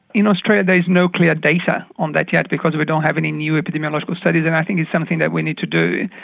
in australia there's no clear data on that yet because we don't have any new epidemiological studies and i think it's something we need to do.